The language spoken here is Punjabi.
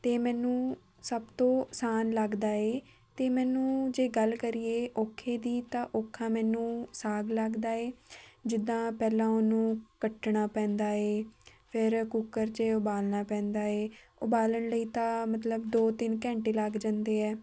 ਅਤੇ ਮੈਨੂੰ ਸਭ ਤੋਂ ਆਸਾਨ ਲੱਗਦਾ ਹੈ ਅਤੇ ਮੈਨੂੰ ਜੇ ਗੱਲ ਕਰੀਏ ਔਖੇ ਦੀ ਤਾਂ ਔਖਾ ਮੈਨੂੰ ਸਾਗ ਲੱਗਦਾ ਹੈ ਜਿੱਦਾਂ ਪਹਿਲਾਂ ਉਹਨੂੰ ਕੱਟਣਾ ਪੈਂਦਾ ਹੈ ਫਿਰ ਕੁੱਕਰ 'ਚ ਉਬਾਲਣਾ ਪੈਂਦਾ ਹੈ ਉਬਾਲਣ ਲਈ ਤਾਂ ਮਤਲਬ ਦੋ ਤਿੰਨ ਘੰਟੇ ਲੱਗ ਜਾਂਦੇ ਹੈ